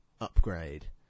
upgrade